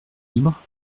libre